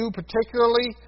particularly